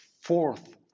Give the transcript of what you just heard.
fourth